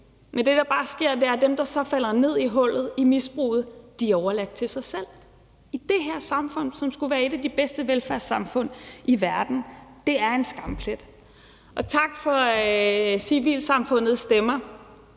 Men det, der bare sker, er, at dem, der så falder ned i hullet, i misbruget, er overladt til sig selv – i det her samfund, som skulle være et af de bedste velfærdssamfund i verden. Det er en skamplet. Tak for civilsamfundets stemmer,